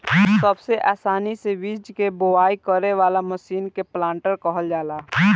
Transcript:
सबसे आसानी से बीज के बोआई करे वाला मशीन के प्लांटर कहल जाला